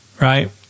right